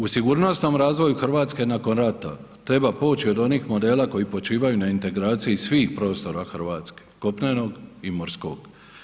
U sigurnosnom razvoju Hrvatske nakon rata treba poći od onih modela koji počivaju na integraciji svih prostora Hrvatske, kopnenog i morskog.